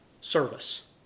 service